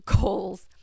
goals